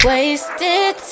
Wasted